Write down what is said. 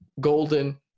Golden